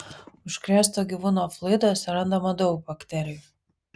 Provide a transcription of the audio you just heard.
užkrėsto gyvūno fluiduose randama daug bakterijų